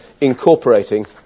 incorporating